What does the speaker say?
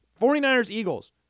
49ers-Eagles